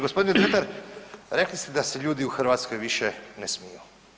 Gospodine Dretar, rekli ste da se ljudi u Hrvatskoj više ne smiju.